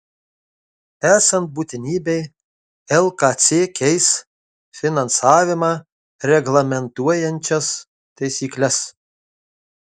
esant būtinybei lkc keis finansavimą reglamentuojančias taisykles